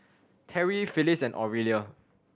Terrie Phillis and Aurelia